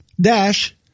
dash